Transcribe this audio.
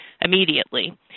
immediately